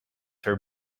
her